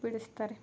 ಬಿಡಿಸ್ತಾರೆ